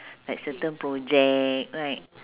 like certain project right